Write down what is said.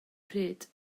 pryd